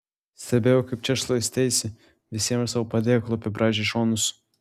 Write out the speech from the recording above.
stebėjau kaip čia šlaisteisi visiems savo padėklu apibraižei šonus